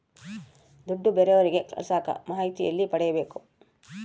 ದುಡ್ಡು ಬೇರೆಯವರಿಗೆ ಕಳಸಾಕ ಮಾಹಿತಿ ಎಲ್ಲಿ ಪಡೆಯಬೇಕು?